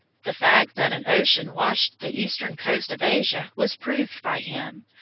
the fact that an ocean washed the eastern coast of asia was proved by him,